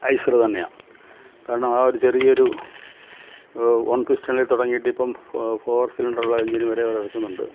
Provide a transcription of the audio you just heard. IISER തന്നെയാണ് കാരണം ആ ഒരു ചെറിയൊരു വൺ പിസ്റ്റനിൽ തുടങ്ങിയിട്ട് ഇപ്പം ഫോർ സിലിണ്ടർ ഉള്ള എൻജിൻ വരെ അവർ ഇറക്കുന്നുണ്ട്